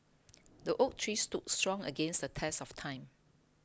the oak tree stood strong against the test of time